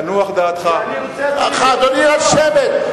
תנוח דעתך, כי אני רוצה, אדוני, לשבת.